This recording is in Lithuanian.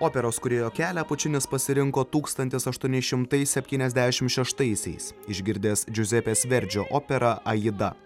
operos kūrėjo kelią pučinis pasirinko tūkstantis aštuoni šimtai septyniasdešim šeštaisiais išgirdęs džiuzepės verdžio operą aida